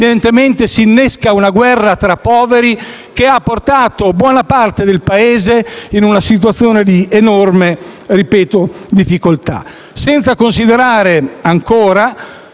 evidentemente si innesca una guerra tra poveri, che ha portato buona parte del Paese in una situazione di enorme difficoltà.